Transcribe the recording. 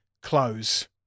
close